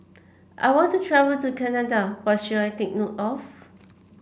I want to travel to Canada what should I take note of